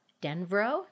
Denver